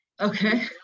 Okay